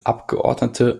abgeordnete